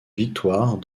victoires